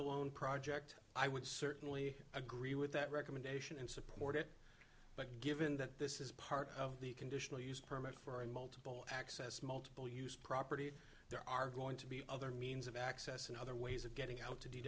alone project i would certainly agree with that recommendation and support it but given that this is part of the conditional use permit for an multiple access multiple use property there are going to be other means of access and other ways of getting help to d